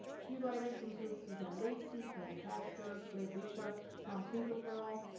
key writers include suzanne lacy, grant castor, claire bishop, tom finkelpearl,